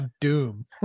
Doom